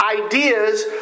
ideas